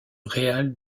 real